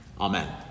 Amen